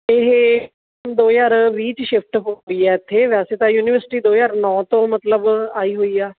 ਇਹ ਦੋ ਹਜ਼ਾਰ ਵੀਹ 'ਚ ਸ਼ਿਫਟ ਹੋਈ ਹੈ ਇੱਥੇ ਵੈਸੇ ਤਾਂ ਯੂਨੀਵਰਸਿਟੀ ਦੋ ਹਜ਼ਾਰ ਨੌ ਤੋਂ ਮਤਲਬ ਆਈ ਹੋਈ ਆ